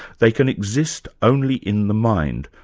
they can exist only in the mind,